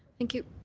thank you.